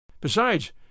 Besides